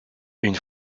une